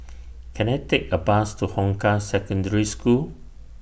Can I Take A Bus to Hong Kah Secondary School